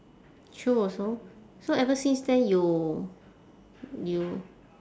true also so ever since then you you